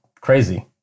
crazy